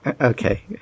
Okay